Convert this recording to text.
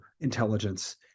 intelligence